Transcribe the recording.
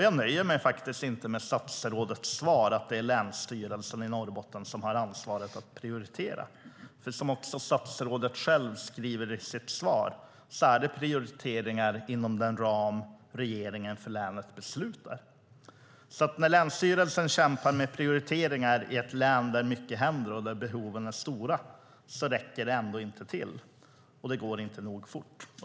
Jag nöjer mig inte med statsrådets svar, att det är Länsstyrelsen i Norrbotten som har ansvaret att prioritera. Som statsrådet själv skriver i sitt svar är det prioriteringar inom den ram som regeringen beslutar för länet. Även om länsstyrelsen kämpar med prioriteringar i ett län där mycket händer och där behoven är stora räcker det ändå inte till och går inte nog fort.